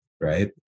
Right